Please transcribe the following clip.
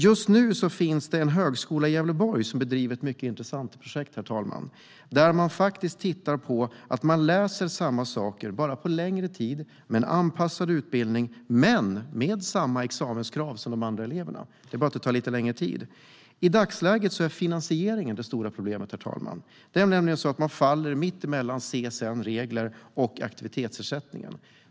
Just nu bedriver en högskola i Gävleborg ett mycket intressant projekt där dessa studenter läser samma sak men på längre tid och med en anpassad utbildning. Examenskraven är dock desamma som för de andra studenterna. I dagsläget är finansieringen det stora problemet. Man faller nämligen mellan CSN:s regler och aktivitetsersättningen.